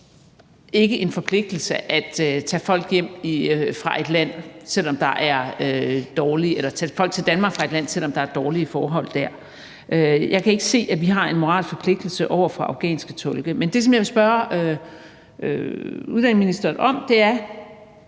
Det er jo ikke en forpligtelse at tage folk til Danmark fra et land, selv om der er dårlige forhold der. Jeg kan ikke se, at vi har en moralsk forpligtelse over for de afghanske tolke. Men det, som jeg vil spørge udlændingeministeren om, er: